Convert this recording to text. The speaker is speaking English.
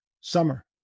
summer